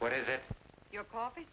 what is it your coffee